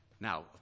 Now